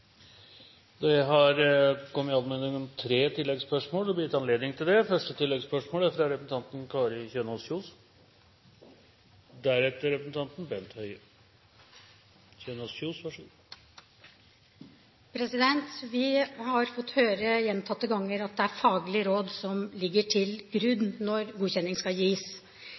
Det er anmodet om tre oppfølgingsspørsmål, og det blir gitt anledning til det – først Kari Kjønaas Kjos. Vi har gjentatte ganger fått høre at det er faglige råd som ligger til grunn når godkjenning skal gis.